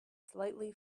slightly